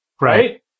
right